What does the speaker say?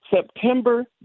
September